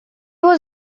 was